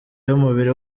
y’umubiri